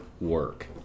work